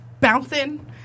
bouncing